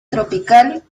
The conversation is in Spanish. tropical